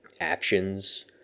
actions